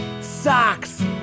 Socks